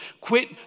Quit